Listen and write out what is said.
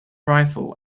rifle